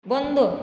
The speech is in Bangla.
বন্ধ